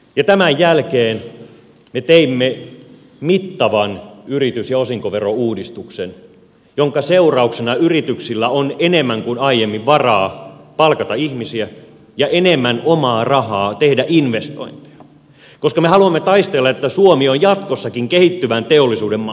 ja tämän jälkeen me teimme mittavan yritys ja osinkoverouudistuksen jonka seurauksena yrityksillä on enemmän kuin aiemmin varaa palkata ihmisiä ja enemmän omaa rahaa tehdä investointeja koska me haluamme taistella että suomi on jatkossakin kehittyvän teollisuuden maa